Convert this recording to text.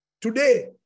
today